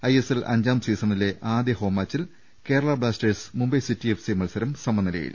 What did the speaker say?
ISL അഞ്ചാം സീസണിലെ ആദ്യ ഹോം മാച്ചിൽ Kerala Blasters Mumbai City FC മത്സരം സമനി ലയിൽ